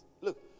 Look